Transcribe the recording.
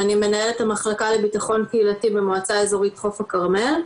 ואני מנהלת המחלקה לבטחון קהילתי במועצה האזורית חוף הכרמל,